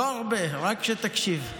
לא הרבה, רק שתקשיב.